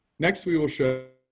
next, we will show